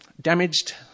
damaged